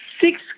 six